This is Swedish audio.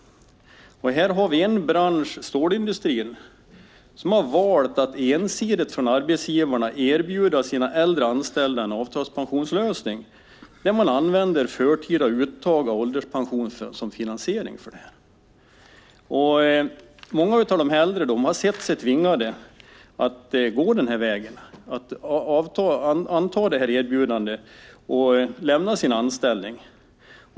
I stålindustrin har man ensidigt från arbetsgivarna valt att erbjuda sina äldre anställda en avtalspensionslösning där man använder förtida uttag av ålderspensionen som finansiering. Många av de äldre har sett sig tvingade att anta det erbjudandet och lämna sin anställning.